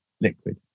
liquid